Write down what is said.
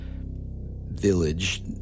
village